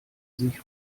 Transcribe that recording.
sich